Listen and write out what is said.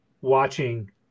Watching